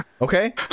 Okay